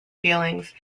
feelings